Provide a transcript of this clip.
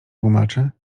tłumaczy